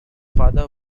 father